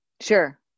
Sure